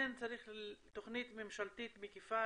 כן צריך תוכנית ממשלתית מקיפה,